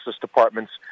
Departments